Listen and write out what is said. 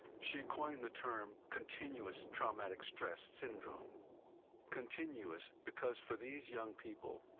she coined the term, continuous traumatic stress syndrome continuous, because for these young people,